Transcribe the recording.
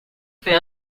fait